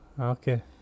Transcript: okay